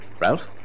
Ralph